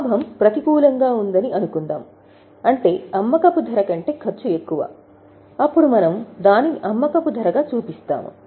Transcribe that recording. లాభం ప్రతికూలంగా ఉందని అనుకుందాం అంటే అమ్మకపు ధర కంటే ఖర్చు ఎక్కువ అప్పుడు మనము దానిని అమ్మకపు ధరగా చూపిస్తాము